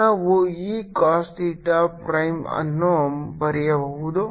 ನಾವು ಈ cos theta prime ಅನ್ನು ಬರೆಯಬಹುದು